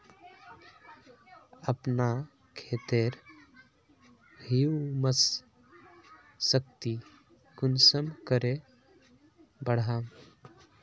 अपना खेतेर ह्यूमस शक्ति कुंसम करे बढ़ाम?